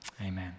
amen